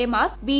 A മാർ B